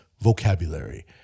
vocabulary